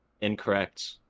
Incorrect